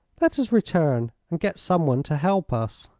let us return, and get some one to help us.